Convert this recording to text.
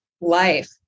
life